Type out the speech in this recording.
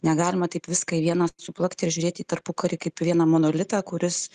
negalima taip viską į vieną suplakt ir žiūrėt į tarpukarį kaip į vieną monolitą kuris